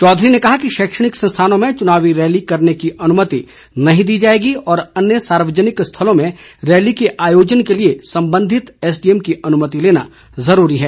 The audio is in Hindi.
चौधरी ने कहा कि शैक्षणिक संस्थानों में चुनावी रैली करने की अनुमति नहीं दी जाएगी और अन्य सार्वजनिक स्थलों में रैली के आयोजन के लिए संबंधित एसडीएम की अनुमति लेना जरूरी है